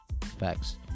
Facts